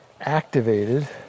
activated